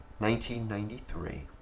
1993